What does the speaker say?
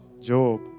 Job